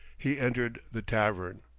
he entered the tavern.